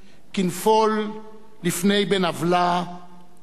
כנפול לפני בן עַולה נפלת"